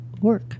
work